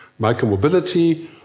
Micromobility